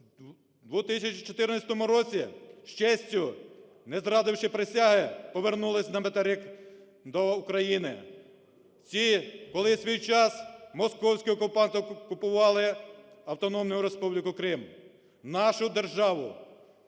в 2014 році з честю, не зрадивши присягу, повернулися на материк до України. Коли в свій час московські окупанти окупували Автономну Республіку Крим, нашу державу,